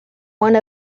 one